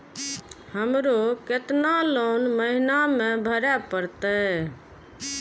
हमरो केतना लोन महीना में भरे परतें?